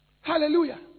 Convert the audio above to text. Hallelujah